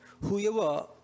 Whoever